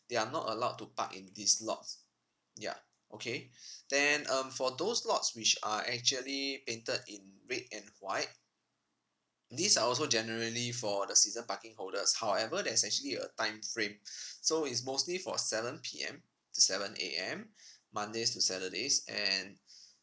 they are not allowed to park in these lots ya okay then um for those lots which are actually painted in red and white these are also generally for the season parking holders however there's actually a time frame so it's mostly for seven P_M to seven A_M mondays to saturdays and